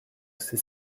c’est